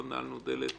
לא נעלנו דלת